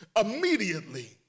immediately